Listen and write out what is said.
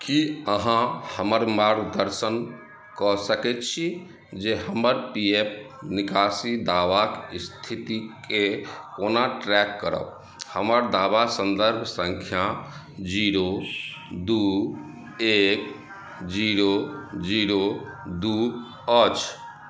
की अहाँ हमर मार्गदर्शन कऽ सकैत छी जे हमर पी एफ निकासी दावाक स्थितिके कोना ट्रैक करब हमर दावा सन्दर्भ सङ्ख्या जीरो दू एक जीरो जीरो दू अछि